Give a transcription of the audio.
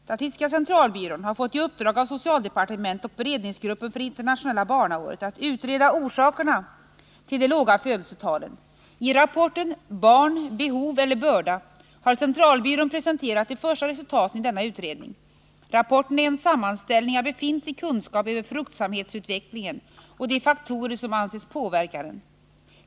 Statistiska centralbyrån har fått i uppdrag av socialdepartementet och beredningsgruppen för internationella barnåret att utreda orsakerna till de låga födelsetalen. I rapporten Barn — behov eller börda har centralbyrån presenterat de första resultaten i denna utredning. Rapporten är en sammanställning av befintlig kunskap över fruktsamhetsutvecklingen och de faktorer som anses påverka den.